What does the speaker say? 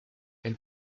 elle